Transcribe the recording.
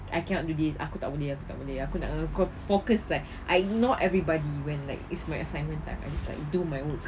I cannot do this aku tak boleh aku tak boleh aku nak focus like I not everybody when like it's my assignment I just like do my work